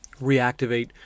reactivate